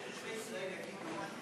אתה היית רוצה שתושבי ישראל יגידו,